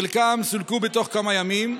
חלקם סולקו בתוך כמה ימים,